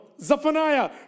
zephaniah